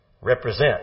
Represent